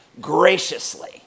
graciously